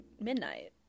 midnight